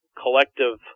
collective